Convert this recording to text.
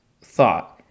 thought